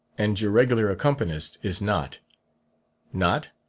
and your regular accompanist is not not